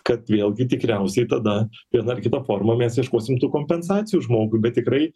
kad vėlgi tikriausiai tada viena ar kita forma mes ieškosim tų kompensacijų žmogui bet tikrai